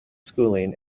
schooling